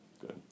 Good